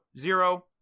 zero